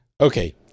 okay